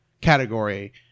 category